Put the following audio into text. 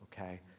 Okay